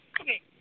Okay